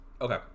Okay